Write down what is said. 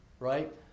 Right